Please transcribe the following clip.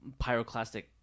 pyroclastic